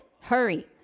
Hurry